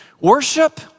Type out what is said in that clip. Worship